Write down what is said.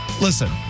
Listen